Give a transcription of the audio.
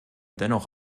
dennoch